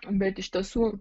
bet iš tiesų